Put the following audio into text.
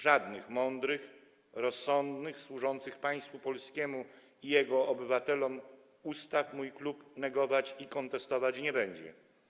Żadnych mądrych, rozsądnych, służących państwu polskiemu i jego obywatelom ustaw mój klub negować i kontestować nie będzie.